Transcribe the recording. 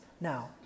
now